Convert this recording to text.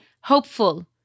hopeful